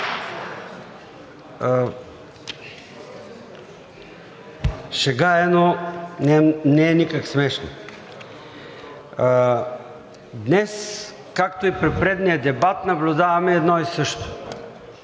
Шега е, но не е никак смешно. Днес, както и при предния дебат, наблюдаваме едно и също